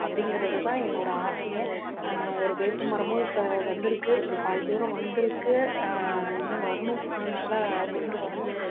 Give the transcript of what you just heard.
அப்படிங்கறது தான் என்னோடய ஆசையே ஒரு வேப்பமரமும் இப்போ வந்திருக்கு ஒரு பாதி தூரம் வந்திருக்கு இன்னும் வரணும் இன்னும் நல்லா உருண்டு வரணும்